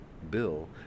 bill